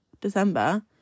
december